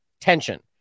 tension